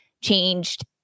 changed